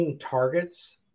targets